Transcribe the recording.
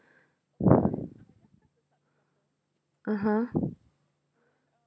(uh huh)